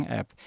app